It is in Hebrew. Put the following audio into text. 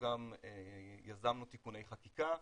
יזמנו תיקוני חקיקה,